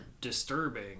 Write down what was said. disturbing